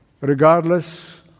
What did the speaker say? regardless